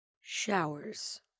showers